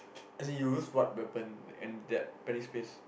as in you lose what weapon and that